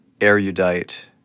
erudite